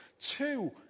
Two